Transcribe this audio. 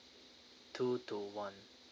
two to one